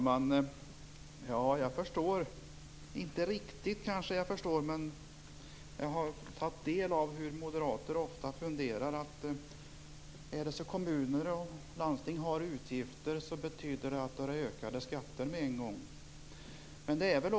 Herr talman! Jag förstår nog inte riktigt, men jag har tagit del av, hur moderater ofta funderar - är det så att kommuner och landsting har utgifter, betyder det med en gång ökade skatter.